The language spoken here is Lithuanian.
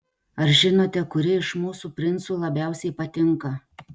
ar žinote kuri iš mūsų princui labiausiai patinka